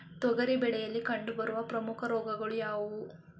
ತೊಗರಿ ಬೆಳೆಯಲ್ಲಿ ಕಂಡುಬರುವ ಪ್ರಮುಖ ರೋಗಗಳು ಯಾವುವು?